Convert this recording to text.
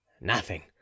Nothing